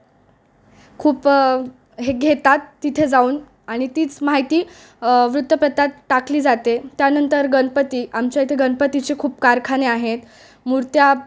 खूप हे घेतात तिथे जाऊन आणि तीच माहिती वृत्तपत्रात टाकली जाते त्यानंतर गणपती आमच्या इथे गणपतीचे खूप कारखाने आहेत मूर्त्या